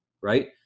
Right